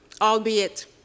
albeit